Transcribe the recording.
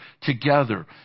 together